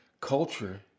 culture